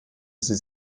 sie